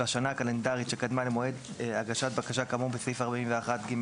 בשנה הקלנדרית שקדמה למועד הגשת בקשה כאמור בסעיף 41(ג)(1),